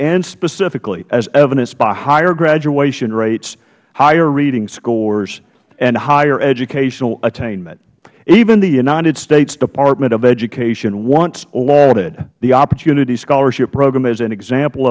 and specifically as evidenced by higher graduation rates higher reading scores and higher educational attainment even the united states department of education once lauded the opportunity scholarship program as an example